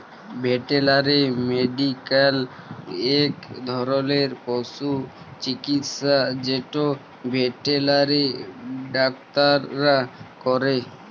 veterinary medical ইক ধরলের পশু চিকিচ্ছা যেট ভেটেলারি ডাক্তাররা ক্যরে